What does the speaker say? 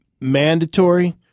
mandatory